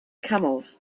camels